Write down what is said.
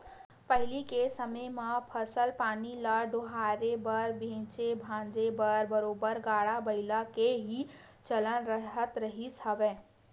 पहिली के समे म फसल पानी ल डोहारे बर बेंचे भांजे बर बरोबर गाड़ा बइला के ही चलन राहत रिहिस हवय